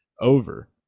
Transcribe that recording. over